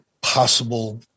possible